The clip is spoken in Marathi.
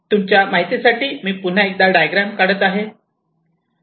तुमच्या माहितीसाठी मी पुन्हा एकदा डायग्राम काढत आहे